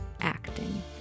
acting